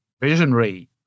visionary